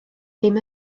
ddim